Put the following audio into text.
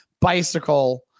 bicycle